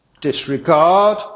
disregard